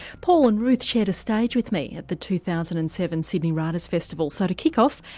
paul and ruth shared a stage with me at the two thousand and seven sydney writers' festival, so to kick off,